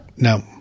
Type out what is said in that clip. No